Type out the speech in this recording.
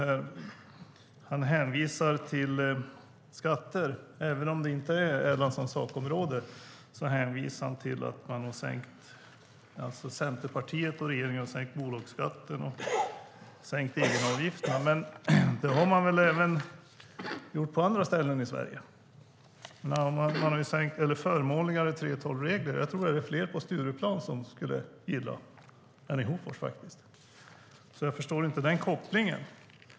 Han hänvisar till skatter, även om det inte är Erlandssons sakområde, och att Centerpartiet och regeringen har sänkt bolagsskatten och egenavgifterna. Det har man väl även gjort på andra ställen i Sverige. Förmånligare 3:12-regler är det fler vid Stureplan som gillar än i Hofors. Jag förstår inte den kopplingen.